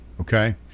Okay